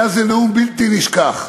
היה זה נאום בלתי נשכח.